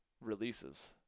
releases